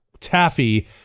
taffy